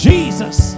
Jesus